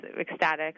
ecstatic